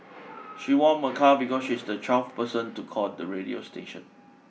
she won a car because she was the twelfth person to call the radio station